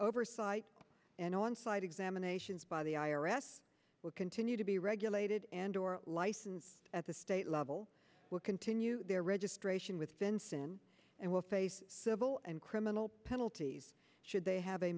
oversight and on site examinations by the i r s will continue to be regulated and or license at the state level will continue their registration with vinson and will face civil and criminal penalties should they have a